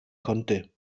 konnte